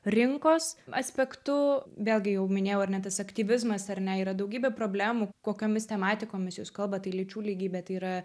rinkos aspektu vėlgi jau minėjau ar ne tas aktyvizmas ar ne yra daugybė problemų kokiomis tematikomis jūs kalbat tai lyčių lygybė tai yra